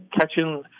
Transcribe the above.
catching –